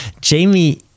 Jamie